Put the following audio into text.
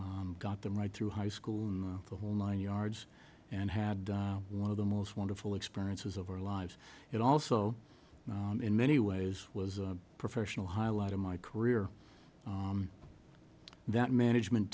and got them right through high school and the whole nine yards and had one of the most wonderful experiences of our lives it also in many ways was a professional highlight of my career that management